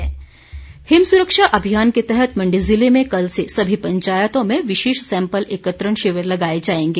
corona sample हिम सुरक्षा अभियान के तहत मंडी ज़िले में कल से सभी पंचायतों में विशेष सैंपल एकत्रण शिविर लगाए जाएंगे